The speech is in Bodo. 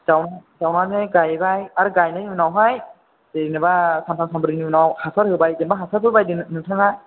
जाव जावनानै गायबाय आरो गायनायनि उनावहाय जेनेबा सानथाम सानब्रैनि उनाव हासार होबाय जेनेबा हासारबो बायदो नोंथाङा